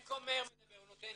אני במקום מאיר מדבר, הוא נותן לי.